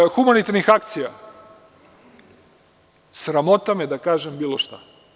Što se tiče humanitarnih akcija, sramota me da kažem bilo šta.